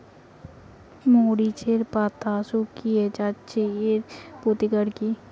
মরিচের পাতা শুকিয়ে যাচ্ছে এর প্রতিকার কি?